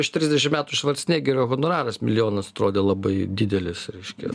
prieš trisdešimt metų švarcnegerio honoraras milijonas atrodė labai didelis reiškia